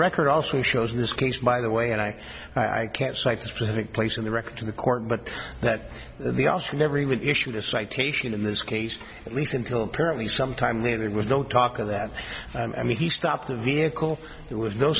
record also shows in this case by the way and i i can't cite a specific place in the record to the court but that they also never even issued a citation in this case at least until apparently some time there was no talk of that i mean he stopped the vehicle there was no